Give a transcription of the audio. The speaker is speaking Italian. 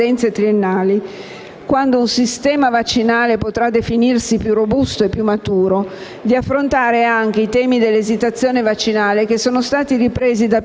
perché è effettivamente una richiesta che esiste, ma che probabilmente in questo momento difficilmente riesce a convivere con una situazione di emergenza.